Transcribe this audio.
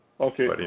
Okay